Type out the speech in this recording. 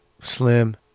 slim